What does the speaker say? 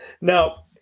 Now